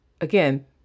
again